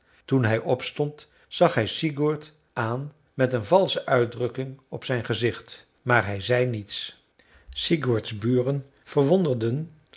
toen hij opstond zag hij sigurd aan met een valsche uitdrukking op zijn gezicht maar hij zei niets sigurds buren verwonderden